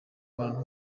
imibonano